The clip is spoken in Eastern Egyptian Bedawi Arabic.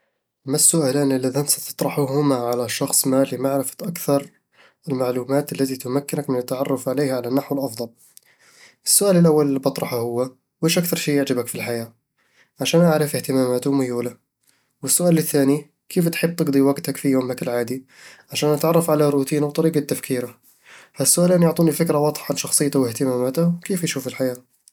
ما السؤالان اللذان ستطرحهما على شخص ما لمعرفة أكثر المعلومات التي تمكِّنك من التعرّف عليه على النحو الأفضل؟ السؤال الأول اللي بطرحه هو: "وش أكثر شي يعجبك في الحياة؟" عشان أعرف اهتماماته وميوله والسؤال الثاني: "كيف تحب تقضي وقتك في يومك العادي؟" عشان أتعرف على روتينه وطريقة تفكيره هالسؤالين يعطوني فكرة واضحة عن شخصيته واهتماماته، وكيف يشوف الحياة